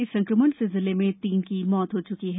इस संक्रमण से जिले में तीन मौत हो च्की है